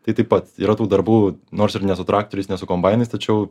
tai taip pat yra tų darbų nors ir ne su traktoriais ne su kombainais tačiau